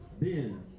Ben